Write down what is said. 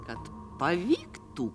kad pavyktų